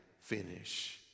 finish